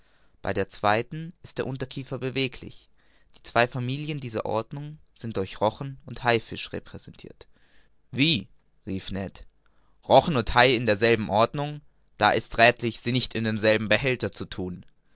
bei der zweiten ist der unterkiefer beweglich die zwei familien dieser ordnung sind durch rochen und haifisch repräsentirt wie rief ned rochen und hai in derselben ordnung da ist's räthlich sie nicht in denselben behälter zu thun